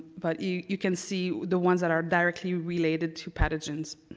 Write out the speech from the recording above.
but you you can see the ones that are directly related to pathogens.